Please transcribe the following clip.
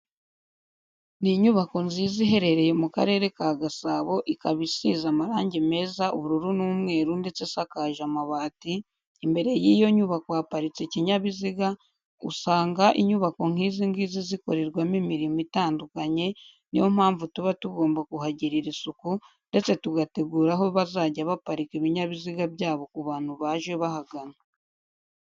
Ni inyubako nziza iherereye mu karere ka Gasabo ikaba isize amarange meza ubururu n'umweru ndetse isakaje amabati, imbere yiyo nyubako haparitse ikinyabiziga, usanga inyubako nkizi ngizi zikorerwamo imimirimo itandukanye, niyo mpamvu tuba tugomba kuhagirira isuku ndetse tugategura aho bazajya baparika ibinyabiziga byabo ku bantu baje bahagana.